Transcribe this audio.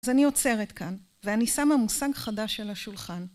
אז אני עוצרת כאן, ואני שמה מושג חדש של השולחן.